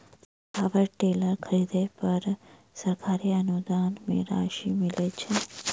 Power tiller खरीदे पर सरकारी अनुदान राशि मिलय छैय?